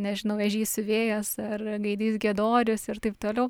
nežinau ežys siuvėjas ar gaidys giedorius ir taip toliau